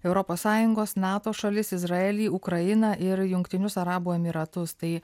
europos sąjungos nato šalis izraelį ukrainą ir jungtinius arabų emyratus tai